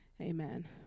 Amen